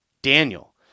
Daniel